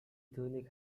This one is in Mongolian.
түүний